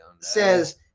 says